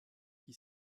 qui